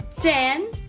Ten